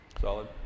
solid